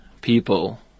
people